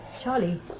Charlie